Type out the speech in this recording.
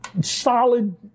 solid